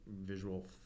visual